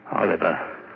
Oliver